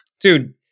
Dude